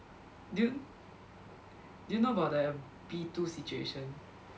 do you do you know about the B two situation